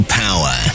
power